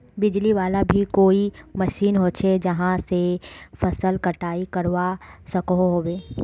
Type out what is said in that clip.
बिजली वाला भी कोई मशीन होचे जहा से फसल कटाई करवा सकोहो होबे?